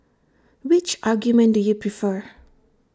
which argument do you prefer